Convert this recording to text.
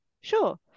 sure